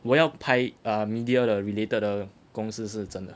我要拍 err media 的 related 的公司是真的